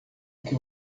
que